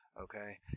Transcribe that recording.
okay